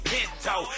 Pinto